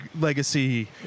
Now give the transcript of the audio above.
legacy